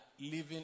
living